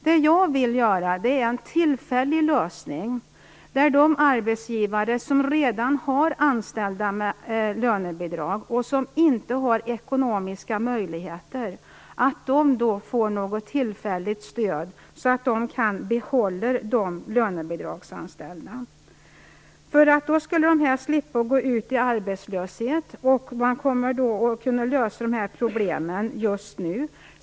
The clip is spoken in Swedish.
Vad jag däremot vill ha är en tillfällig lösning som innebär att de arbetsgivare som redan har anställda med lönebidrag och som inte har ekonomiska möjligheter får något tillfälligt stöd så att de kan behålla de lönebidragsanställda. De skulle då slippa att gå ut i arbetslöshet, och man kommer att kunna lösa de här problemen just nu.